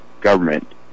government